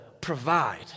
provide